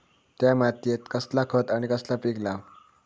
त्या मात्येत कसला खत आणि कसला पीक लाव?